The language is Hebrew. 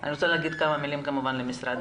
אני רוצה לומר כמה מלים למשרד העבודה.